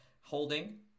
Holding